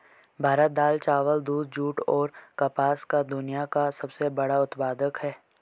भारत दाल, चावल, दूध, जूट, और कपास का दुनिया का सबसे बड़ा उत्पादक है